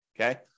okay